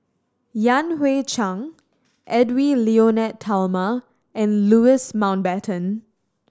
Yan Hui Chang Edwy Lyonet Talma and Louis Mountbatten